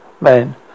men